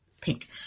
pink